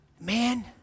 Man